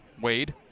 Wade